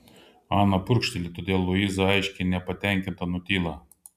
ana prunkšteli todėl luiza aiškiai nepatenkinta nutyla